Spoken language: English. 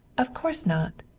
of course not.